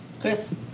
Chris